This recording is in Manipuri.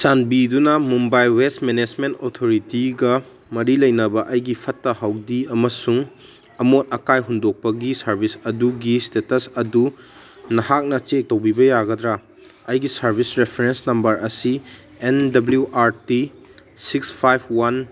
ꯆꯥꯟꯕꯤꯗꯨꯅ ꯃꯨꯝꯕꯥꯏ ꯋꯦꯁ ꯃꯦꯅꯦꯁꯃꯦꯟ ꯑꯣꯊꯣꯔꯤꯇꯤꯒ ꯃꯔꯤ ꯂꯩꯅꯕ ꯑꯩꯒꯤ ꯐꯠꯇ ꯍꯥꯎꯗꯤ ꯑꯃꯁꯨꯡ ꯑꯃꯣꯠ ꯑꯀꯥꯏ ꯍꯨꯟꯗꯣꯛꯄꯒꯤ ꯁꯥꯔꯕꯤꯁ ꯑꯗꯨꯒꯤ ꯏꯁꯇꯦꯇꯁ ꯑꯗꯨ ꯅꯍꯥꯛꯅ ꯆꯦꯛ ꯇꯧꯕꯤꯕ ꯌꯥꯒꯗ꯭ꯔꯥ ꯑꯩꯒꯤ ꯁꯥꯔꯕꯤꯁ ꯔꯤꯐꯔꯦꯟꯁ ꯅꯝꯕꯔ ꯑꯁꯤ N W R T six five one